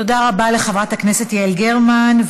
תודה רבה לחברת הכנסת יעל גרמן.